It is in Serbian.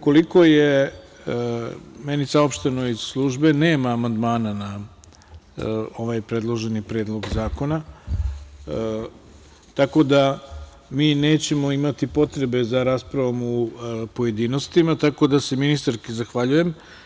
koliko je meni saopšteno iz službe, da nema amandmana na ovaj predloženi Predlog zakona, tako da mi nećemo imati potrebe za raspravom u pojedinostima, tako da se ministarki zahvaljujem.